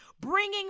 bringing